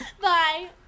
Bye